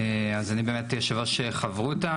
אני יו"ר חברותא,